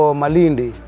malindi